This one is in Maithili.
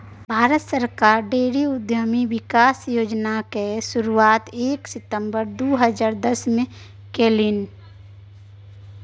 भारत सरकार डेयरी उद्यमिता विकास योजनाक शुरुआत एक सितंबर दू हजार दसमे केलनि